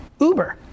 Uber